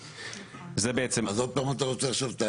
כן, אבל אתה עכשיו פותח